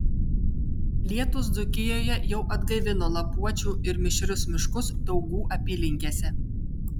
lietūs dzūkijoje jau atgaivino lapuočių ir mišrius miškus daugų apylinkėse